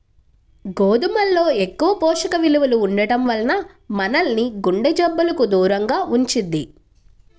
గోధుమల్లో ఎక్కువ పోషక విలువలు ఉండటం వల్ల మనల్ని గుండె జబ్బులకు దూరంగా ఉంచుద్ది